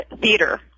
theater